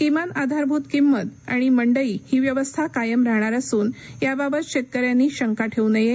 किमान आधारभूत किमत आणि मंडई ही व्यवस्था कायम राहणार असून याबाबत शेतकऱ्यांनी शंका ठेवू नये